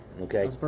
Okay